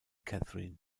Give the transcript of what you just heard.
catherine